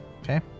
Okay